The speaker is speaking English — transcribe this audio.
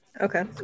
Okay